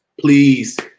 Please